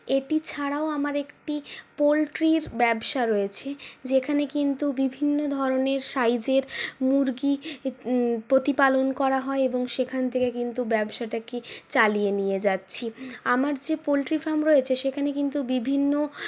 এটি ছাড়াও আমার একটি পোল্ট্রির ব্যবসা রয়েছে যেখানে কিন্তু বিভিন্ন ধরনের সাইজের মুরগি প্রতিপালন করা হয় এবং সেখান থেকে কিন্তু ব্যবসাটাকে চালিয়ে নিয়ে যাচ্ছি আমার যে পোল্ট্রি ফার্ম রয়েছে সেখানে কিন্তু বিভিন্ন